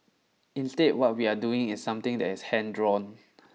instead what we are doing is something that is hand drawn